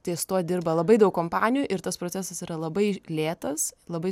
ties tuo dirba labai daug kompanijų ir tas procesas yra labai lėtas labai